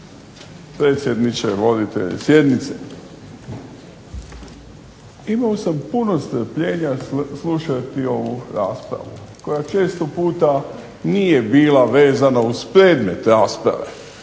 predsjedniče voditelju sjednice. Imao sam puno strpljenja slušati ovu raspravu koja često puta nije bila vezana uz predmet rasprave